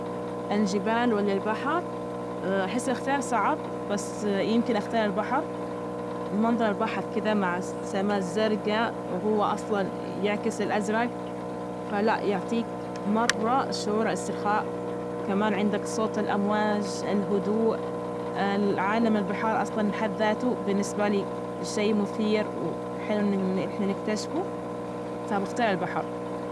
الجبال ولا البحر. آحسه إختيار صعب، بس يمكن أختار البحر، منظر البحر كده مع السماء الزرجا وهو أصلا يعكس الأزرج، فلأ يعطيك مرة شعور إسترخاء، كمان عندك صوت الأمواج، الهدوء، عالم البحار، أصلا بحد ذاته، بالنسبة لي شي مثير وحلو، إن نحنا نكتشفه، فبختار البحر.